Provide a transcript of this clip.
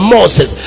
Moses